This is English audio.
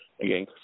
Again